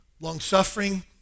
Long-suffering